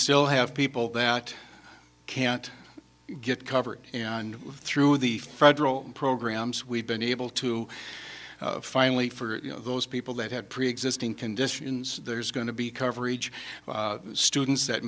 still have people that can't get coverage and through the federal programs we've been able to finally for those people that have preexisting conditions there's going to be coverage students that